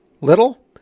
Little